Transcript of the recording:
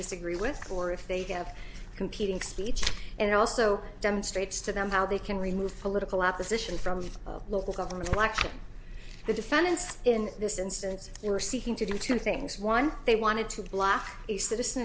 disagree with or if they have competing speech and also demonstrates to them how they can remove political opposition from local governments like the defendants in this instance they were seeking to do two things one they wanted to block a citizen